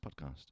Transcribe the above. Podcast